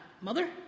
Mother